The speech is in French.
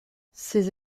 ces